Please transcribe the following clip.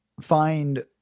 find